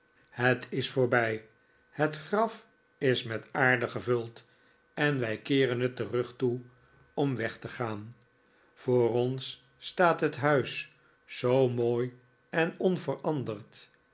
het is voorbij het graf is met aarde gevuld en wij keeren het den rug toe om weg te gaan voor ons staat het huis zoo mooi en onveranderd